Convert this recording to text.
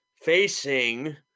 facing